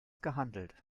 gehandelt